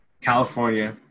California